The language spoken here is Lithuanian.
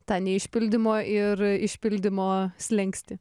tą neišpildymo ir išpildymo slenkstį